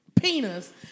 penis